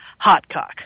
Hotcock